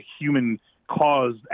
human-caused